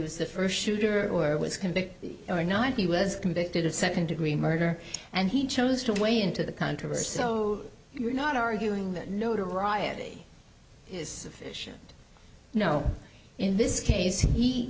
was the first shooter or was convicted or not he was convicted of second degree murder and he chose to weigh into the controversy so you're not arguing that notoriety no in this case he